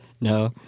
No